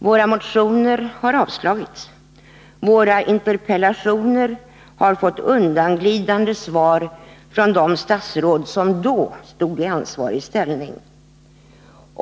Våra motioner har avslagits, och vi har fått undanglidande svar på våra interpellationer från de statsråd som då var i ansvarig ställning.